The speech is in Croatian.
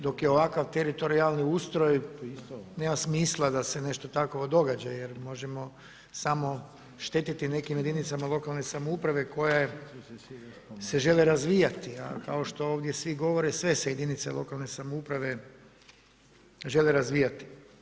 Dok je ovakav teritorijalni ustroj, nema smisla da se nešto tako događa jer možemo samo štetiti nekim jedinicama lokalne samouprave koje se žele razvijati, a kao što ovdje svi govore, sve se jedinice lokalne samouprave žele razvijati.